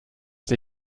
dir